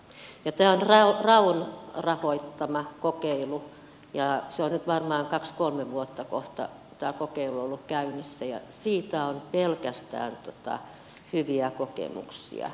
tämä on rayn rahoittama kokeilu ja tämä kokeilu on nyt varmaan kaksi kolme vuotta kohta ollut käynnissä ja siitä on pelkästään hyviä kokemuksia